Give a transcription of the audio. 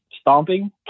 stomping